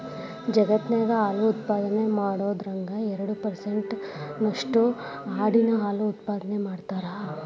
ಜಗತ್ತಿನ್ಯಾಗ ಹಾಲು ಉತ್ಪಾದನೆ ಮಾಡೋದ್ರಾಗ ಎರಡ್ ಪರ್ಸೆಂಟ್ ನಷ್ಟು ಆಡಿನ ಹಾಲು ಉತ್ಪಾದನೆ ಮಾಡ್ತಾರ